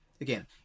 Again